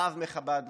הרב מחב"ד